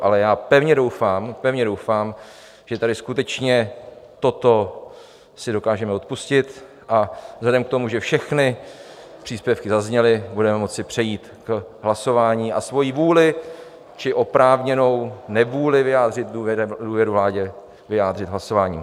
Ale já pevně doufám, pevně doufám, že tady skutečně toto si dokážeme odpustit, a vzhledem k tomu, že všechny příspěvky zazněly, budeme moci přejít k hlasování a svoji vůli či oprávněnou nevůli vyjádřit důvěru vládě, vyjádřit hlasováním.